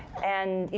and, you